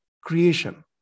creation